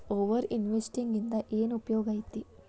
over investing ಇಂದ ಏನ್ ಉಪಯೋಗ ಐತಿ